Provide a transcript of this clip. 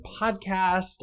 podcast